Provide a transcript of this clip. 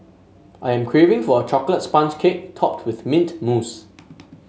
I am craving for a chocolate sponge cake topped with mint mousse